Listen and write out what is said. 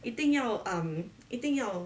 一定要 um 一定要